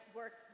work